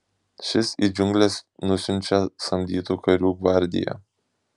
šis į džiungles nusiunčia samdytų karių gvardiją